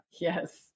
Yes